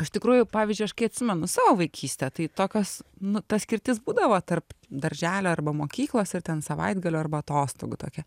iš tikrųjų pavyzdžiui aš kai atsimenu savo vaikystę tai tokios nu ta skirtis būdavo tarp darželio arba mokyklos ir ten savaitgalio arba atostogų tokia